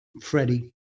Freddie